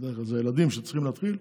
בדרך כלל זה ילדים שצריכים להעפיל,